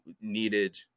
needed